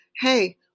hey